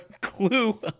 clue